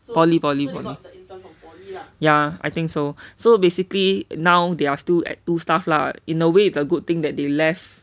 poly poly ya I think so so basically now they are still at two stuff lah in a way it's a good thing that they left